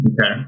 Okay